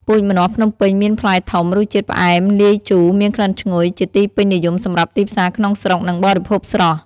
ពូជម្នាស់ភ្នំពេញមានផ្លែធំ រសជាតិផ្អែមលាយជូរ មានក្លិនឈ្ងុយ ជាទីពេញនិយមសម្រាប់ទីផ្សារក្នុងស្រុក និងបរិភោគស្រស់។